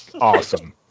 Awesome